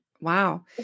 wow